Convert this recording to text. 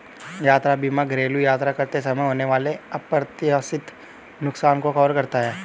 यात्रा बीमा घरेलू यात्रा करते समय होने वाले अप्रत्याशित नुकसान को कवर करता है